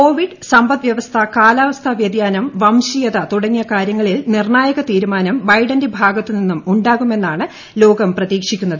Covid സമ്പദ് വ്യവസ്ഥ കാലാവസ്ഥാവ്യതിയാനം വംശീയത തുടങ്ങിയ കാര്യങ്ങളിൽ നിർണായക തീരുമാനം ബൈഡന്റെ ഭാഗത്തു നിന്നും ഉാകുമെന്നാണ് ലോകം പ്രതീക്ഷിക്കുന്നത്